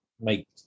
make